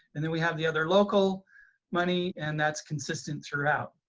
and then we have the other local money and that's consistent throughout.